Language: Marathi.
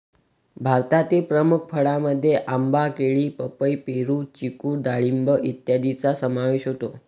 भारतातील प्रमुख फळांमध्ये आंबा, केळी, पपई, पेरू, चिकू डाळिंब इत्यादींचा समावेश होतो